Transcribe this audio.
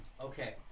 Okay